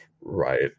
right